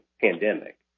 pandemic